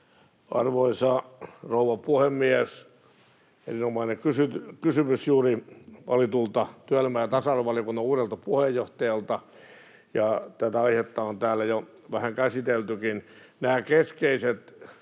Arvoisa rouva puhemies! Erinomainen kysymys juuri valitulta työelämä- ja tasa-arvovaliokunnan uudelta puheenjohtajalta. Tätä aihetta on täällä jo vähän käsiteltykin. Nämä keskeiset